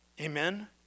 Amen